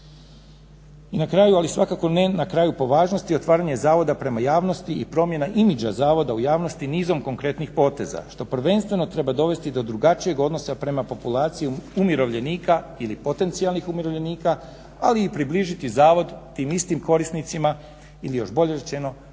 I na kraju, ali svakako ne na kraju po važnosti, otvaranje zavoda prema javnosti i promjena imidža zavoda u javnosti nizom konkretnih poteza što prvenstveno treba dovesti do drugačijeg odnosa prema populaciji umirovljenika ili potencijalnih umirovljenika ali i približiti zavod tim istim korisnicima ili još bolje rečeno,